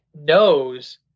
knows